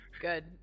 Good